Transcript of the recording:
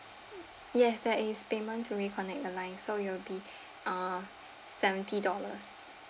yes there is payment to reconnect the lines so it will be uh seventy dollars